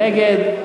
נגד,